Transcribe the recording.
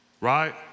right